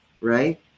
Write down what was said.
right